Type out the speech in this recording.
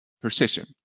precision